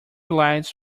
lights